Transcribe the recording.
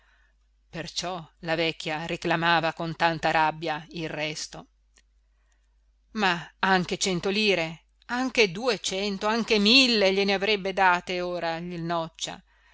perciò la vecchia reclamava con tanta rabbia il resto ma anche cento lire anche duecento anche mille gliene avrebbe date ora il noccia